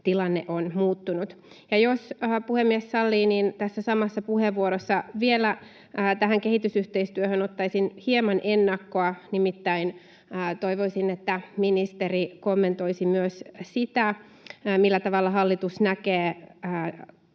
tilanne on muuttunut. Ja jos puhemies sallii, niin tässä samassa puheenvuorossa vielä kehitysyhteistyöhön ottaisin hieman ennakkoa, nimittäin toivoisin, että ministeri kommentoisi myös sitä, millä tavalla hallitus näkee,